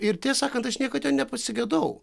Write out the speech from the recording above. ir tiesą sakant aš niekad jo nepasigedau